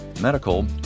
medical